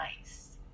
nice